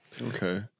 Okay